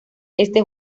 este